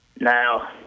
Now